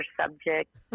subject